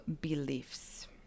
beliefs